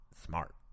smart